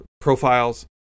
profiles